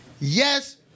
yes